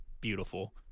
beautiful